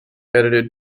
edited